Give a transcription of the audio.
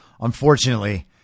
unfortunately